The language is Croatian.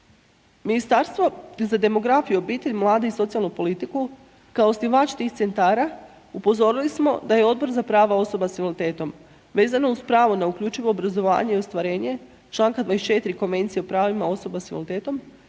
Ministarstvo za demografiju, obitelj, mlade i socijalnu politiku, kao osnivač tih centara, upozorili smo da je Odbor za prava osoba s invaliditetom vezana uz pravo na uključivo obrazovanje i ostvarenje čl. 24. Konvencije o pravima osoba s invaliditetom